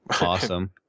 Awesome